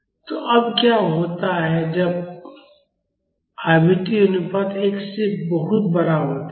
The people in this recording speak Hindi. तो अब क्या होता है जब आवृत्ति अनुपात 1 से बहुत बड़ा होता है